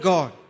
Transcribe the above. God